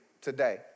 today